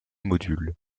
modules